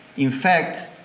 in fact,